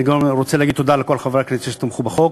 אני גם רוצה להגיד תודה לכל חברי הכנסת שתמכו בחוק.